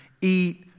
eat